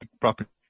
property